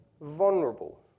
vulnerable